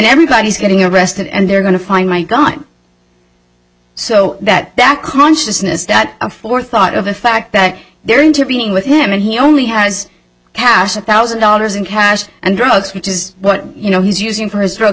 everybody's getting arrested and they're going to find my gun so that that consciousness that forethought of the fact that there intervening with him and he only has cast a thousand dollars in cash and drugs which is what you know he's using for his drug